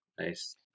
Nice